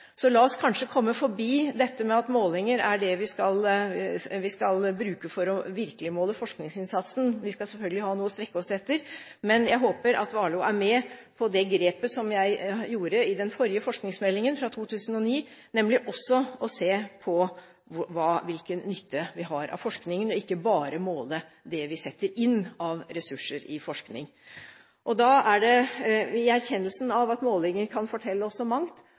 Så la oss kanskje komme forbi dette med at det er målinger vi skal bruke for virkelig å måle forskningsinnsatsen. Vi skal selvfølgelig ha noe å strekke oss etter, men jeg håper at Warloe er med på det grepet jeg gjorde i den forrige forskningsmeldingen fra 2009, nemlig også å se på hvilken nytte vi har av forskningen, og ikke bare måle det vi setter inn av ressurser i forskning. I erkjennelsen av at målinger kan fortelle oss så mangt,